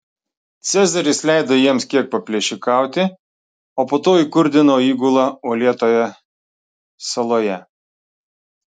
cezaris leido jiems kiek paplėšikauti o po to įkurdino įgulą uolėtoje saloje